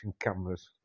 cameras